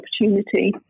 opportunity